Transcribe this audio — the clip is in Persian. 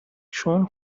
چون